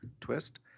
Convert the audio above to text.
twist